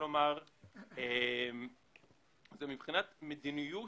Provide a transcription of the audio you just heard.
דבר שני שאני רוצה לומר הוא מבחינת מדיניות